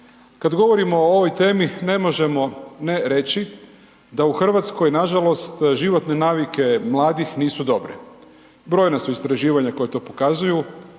Kad govorimo o ovoj temi ne možemo ne reći da u Hrvatskoj nažalost životne navike mladih nisu dobre, brojna su istraživanja koja to pokazuju,